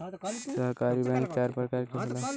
सहकारी बैंक चार परकार के होला